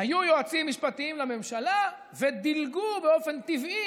היו יועצים משפטיים לממשלה ודילגו באופן טבעי